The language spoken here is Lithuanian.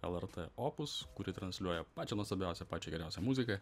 lrt opus kuri transliuoja pačią nuostabiausią pačią geriausią muziką